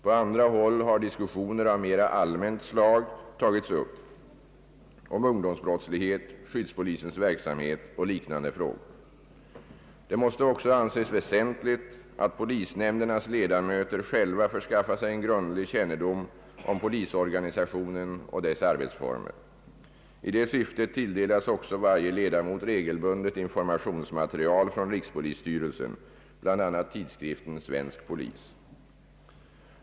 På andra håll har diskussioner av mera allmänt slag tagits upp om ungdomsbrottslighet, skyddspolisens verksamhet och liknande frågor. Det måste också anses väsentligt att polisnämndernas ledamöter själva förskaffar sig en grundlig kännedom om polisorganisationen och dess arbetsformer. I detta syfte tilldelas också varje ledamot regelbundet informationsmaterial från rikspolisstyrelsen, bl.a. tidskriften Svensk Polis.